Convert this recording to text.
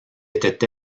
était